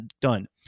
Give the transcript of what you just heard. done